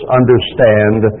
understand